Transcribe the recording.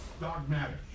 dogmatic